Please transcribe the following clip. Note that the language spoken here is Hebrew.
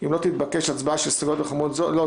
אם לא תתבקש הצבעה של לא,